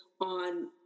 on